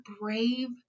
brave